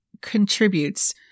contributes